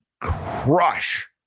crush